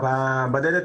בגדול, כן.